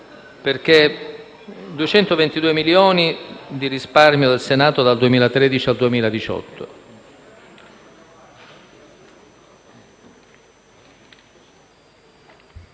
circa 222 milioni di risparmio del Senato dal 2013 al 2018.